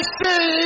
see